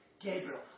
Gabriel